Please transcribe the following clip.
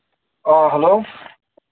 آ ہیلو